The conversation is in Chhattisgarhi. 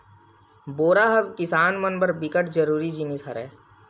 बोरा ह किसान मन बर बिकट जरूरी जिनिस हरय